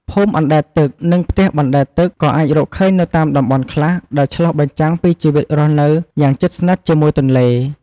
ភូមិអណ្ដែតទឹក និងផ្ទះបណ្ដែតទឹកក៏អាចរកឃើញនៅតាមតំបន់ខ្លះ ដែលឆ្លុះបញ្ចាំងពីជីវិតរស់នៅយ៉ាងជិតស្និទ្ធជាមួយទន្លេ។